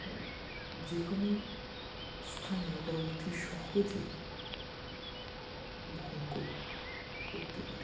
বা যে কোনও স্থানে আমরা অতি সহজে বহন করতে পারি